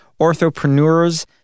Orthopreneur's